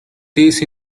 these